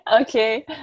Okay